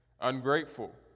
ungrateful